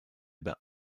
bains